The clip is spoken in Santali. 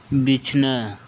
ᱵᱤᱪᱷᱱᱟᱹ